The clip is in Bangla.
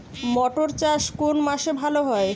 মটর চাষ কোন মাসে ভালো হয়?